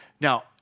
Now